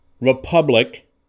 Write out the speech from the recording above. Republic